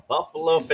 Buffalo